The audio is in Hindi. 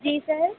जी सर